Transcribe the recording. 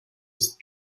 ist